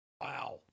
Wow